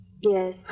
Yes